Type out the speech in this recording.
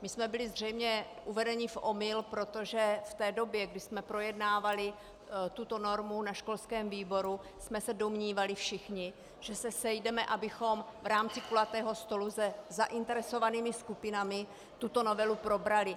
My jsme byli zřejmě uvedeni v omyl, protože v té době, kdy jsme projednávali tuto normu na školském výboru, jsme se domnívali všichni, že se sejdeme, abychom v rámci kulatého stolu se zainteresovanými skupinami tuto novelu probrali.